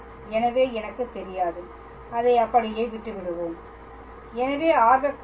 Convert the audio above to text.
எனவே எனக்குத் தெரியாது அதை அப்படியே விட்டுவிடுவோம்